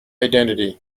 identity